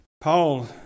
Paul